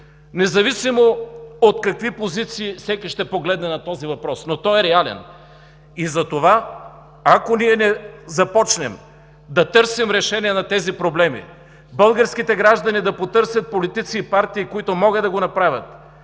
независимо от какви позиции всеки ще погледне на този въпрос, но той е реален. Затова, ако ние не започнем да търсим решения на тези проблеми, българските граждани да потърсят политици и партии, които могат да го направят,